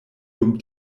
dum